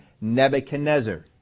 Nebuchadnezzar